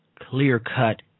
clear-cut